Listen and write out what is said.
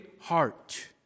heart